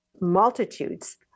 multitudes